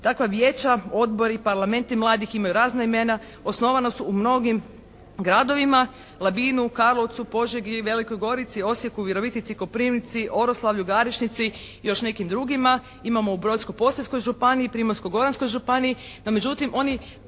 Takva vijeća, odbori, parlamenti mladih imaju razna imena. Osnovana su u mnogim gradovima, Labinu, Karlovcu, Požegi, Velikoj Gorici, Osijeku, Virovitici, Koprivnici, Oroslavlju, Garešnici i još nekim drugima. Imamo u Brodsko-posavskoj županiji, Primorsko-goranskoj županiji.